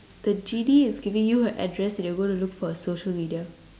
the genie is giving you her address and you're gonna look for her social media